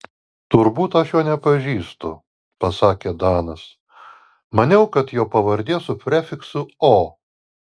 turbūt aš jo nepažįstu pasakė danas maniau kad jo pavardė su prefiksu o